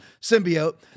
symbiote